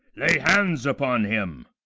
lay hands upon him.